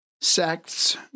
Sects